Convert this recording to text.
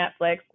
Netflix